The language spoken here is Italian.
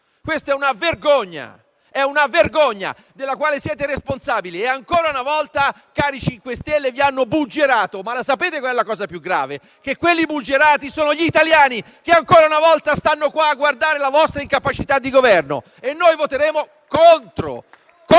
Questa è una vergogna della quale siete responsabili e ancora una volta, cari cinquestelle, vi hanno buggerato. Sapete qual è la cosa più grave? Quelli buggerati sono gli italiani, che ancora una volta stanno a guardare la vostra incapacità di Governo. Noi voteremo contro